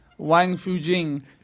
Wangfujing